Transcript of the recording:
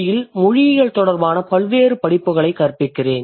யில் மொழியியல் தொடர்பான பல்வேறு படிப்புகளைக் கற்பிக்கிறேன்